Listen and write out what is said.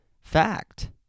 fact